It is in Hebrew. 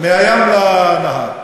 מהים לנהר.